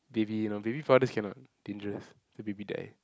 baby no baby products cannot dangerous after baby die